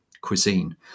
cuisine